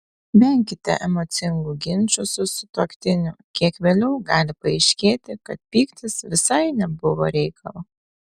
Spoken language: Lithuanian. venkite emocingų ginčų su sutuoktiniu kiek vėliau gali paaiškėti kad pyktis visai nebuvo reikalo